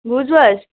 بوٗزوٕ حَظ